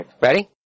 Ready